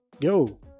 yo